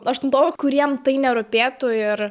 aštuntokų kuriem tai nerūpėtų ir